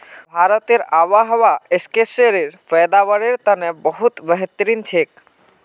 भारतेर आबोहवा स्क्वैशेर पैदावारेर तने बहुत बेहतरीन छेक